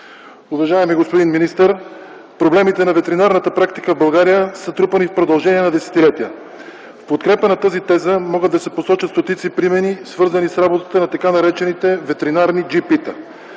Уважаеми господин министър, проблемите на ветеринарната практика в България са трупани в продължение на десетилетия. В подкрепа на тази теза могат да се посочат стотици примери, свързани с работата на така наречените ветеринарни джипита.